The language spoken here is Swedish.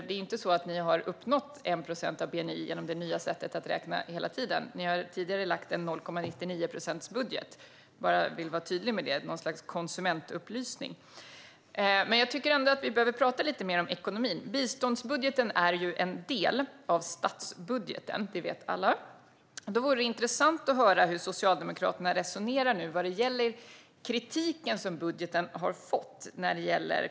Det är inte så att ni hela tiden har uppnått 1 procent av bni genom det nya sättet att räkna; ni har tidigare lagt fram en 0,99-procentsbudget. Jag vill bara vara tydlig med det, som något slags konsumentupplysning. Jag tycker ändå att vi behöver tala lite mer om ekonomin. Biståndsbudgeten är en del av statsbudgeten. Det vet alla. Det vore därför intressant att höra hur Socialdemokraterna resonerar vad gäller den kritik budgeten har fått.